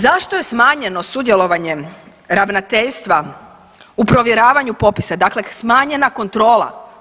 Zašto je smanjeno sudjelovanje ravnateljstva u provjeravanju popisa, dakle smanjena kontrola?